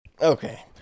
Okay